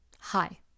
hi